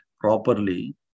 properly